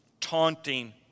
Taunting